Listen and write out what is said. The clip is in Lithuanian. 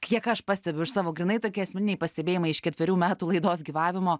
kiek aš pastebiu iš savo grynai tokie asmeniniai pastebėjimai iš ketverių metų laidos gyvavimo